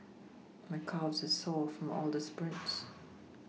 my calves are sore from all the sprints